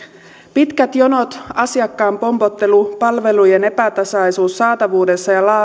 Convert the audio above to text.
pitkät jonot asiakkaan pompottelu palvelujen epätasaisuus saatavuudessa ja